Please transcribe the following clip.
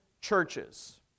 churches